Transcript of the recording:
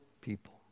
people